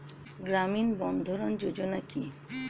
গ্রামীণ বন্ধরন যোজনা কি?